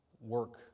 work